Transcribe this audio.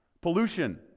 pollution